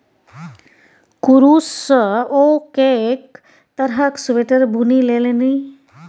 कुरूश सँ ओ कैक तरहक स्वेटर बुनि लेलनि